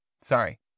Sorry